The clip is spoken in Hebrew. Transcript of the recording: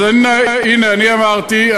אז הנה, אני אמרתי.